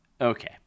okay